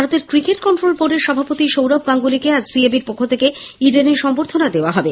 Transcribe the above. ভারতের ক্রিকেট কট্ট্রোলে বোর্ডের সভাপতি সৌরভ গাঙ্গুলিকে আজ সিএবি র পক্ষ থেকে ইডেনে সংবর্ধনা দেওয়া হবে